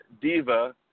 Diva